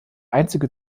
einzige